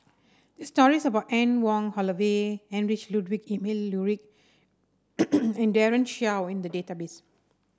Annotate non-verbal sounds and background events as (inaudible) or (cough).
there are stories about Anne Wong Holloway Heinrich Ludwig Emil Luering (noise) and Daren Shiau in the database